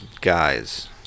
guys